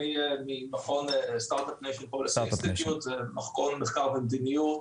אני מ- INSS זה מכון מחקר ומדיניות,